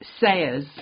sayers